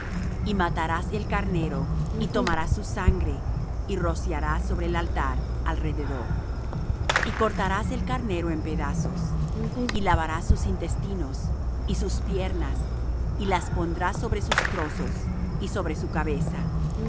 y matarás el carnero y tomarás su sangre y rociarás sobre el altar alrededor y cortarás el carnero en pedazos y lavarás sus intestinos y sus piernas y las pondrás sobre sus trozos y sobre su cabeza